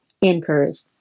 encouraged